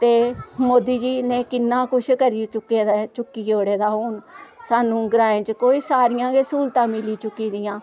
ते मोदी जी ने किन्ना कुछ करी चुके दा ऐ हून सानूं ग्रांऽ च सारियां गै सहूलता मिली चुकी दियां न